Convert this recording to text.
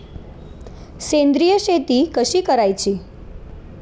सेंद्रिय शेती कशी करायची?